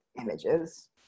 images